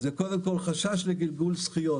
זה קודם כול חשש לגלגול זכיות.